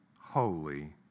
holy